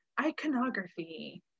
iconography